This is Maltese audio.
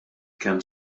kemm